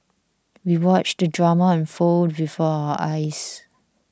we watched the drama unfold before our eyes